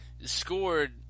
scored –